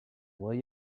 will